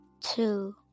two